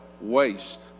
waste